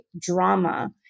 drama